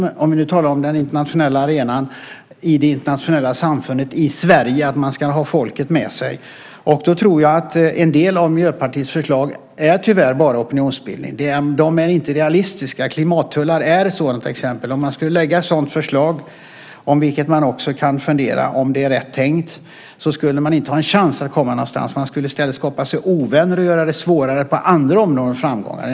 Om vi nu talar om den internationella arenan, i det internationella samfundet eller i Sverige ska man ha folket med sig. Då tror jag att en del av Miljöpartiets förslag tyvärr bara är opinionsbildning. De är inte realistiska. Klimattullar är ett exempel på det. Om man skulle lägga ett sådant förslag - man kan ju fundera på om det är rätt tänkt - skulle man inte ha en chans att komma någonstans. Man skulle skaffa sig ovänner och göra det svårare att nå framgång på andra områden.